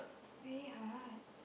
very hard